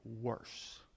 worse